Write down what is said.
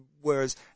Whereas